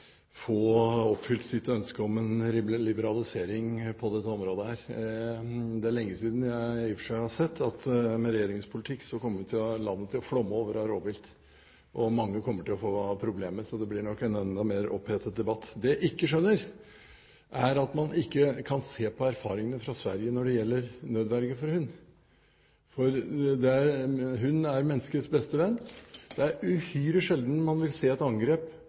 få oppfylt sitt ønske om en liberalisering på dette området. Det er i og for seg lenge siden jeg har sett at med regjeringens politikk kommer landet til å flomme over av rovvilt, og mange kommer til å få problemer, så det blir nok en enda mer opphetet debatt. Det jeg ikke skjønner, er at man ikke kan se på erfaringene fra Sverige når det gjelder nødverge for hund, for hunden er menneskets beste venn. Det er uhyre sjelden man vil se et angrep